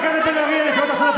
פתאום ראית התעוררת,